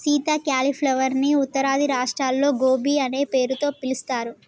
Sita cauliflower ని ఉత్తరాది రాష్ట్రాల్లో గోబీ అనే పేరుతో పిలుస్తారు